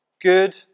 Good